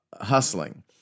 hustling